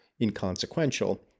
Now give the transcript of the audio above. inconsequential